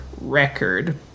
record